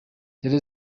dore